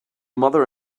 mother